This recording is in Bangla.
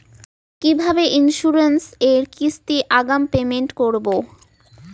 কিভাবে ইন্সুরেন্স এর কিস্তি আগাম পেমেন্ট করবো?